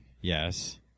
Yes